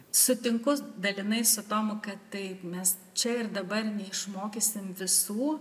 sutinku dalinai su tomu kad taip mes čia ir dabar neišmokysim visų